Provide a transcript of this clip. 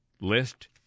list